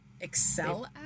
excel